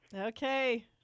Okay